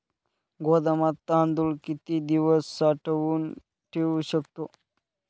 गोदामात तांदूळ किती दिवस साठवून ठेवू शकतो?